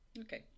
Okay